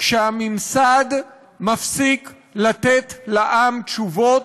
כשהממסד מפסיק לתת לעם תשובות,